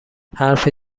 حرف